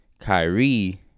Kyrie